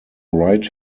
right